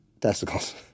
testicles